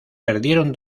perdieron